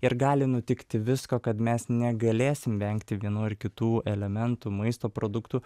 ir gali nutikti visko kad mes negalėsim vengti vienų ar kitų elementų maisto produktų